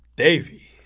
davey,